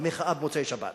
במחאה במוצאי-שבת.